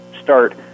start